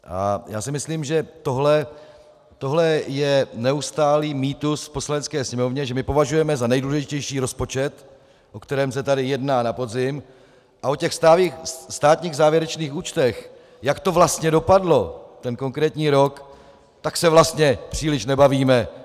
A já si myslím, že tohle je neustálý mýtus v Poslanecké sněmovně, že my považujeme za nejdůležitější rozpočet, o kterém se tady jedná na podzim, a o těch státních závěrečných účtech, jak to vlastně dopadlo, ten konkrétní rok, tak se vlastně příliš nebavíme.